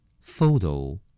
Photo